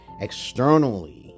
externally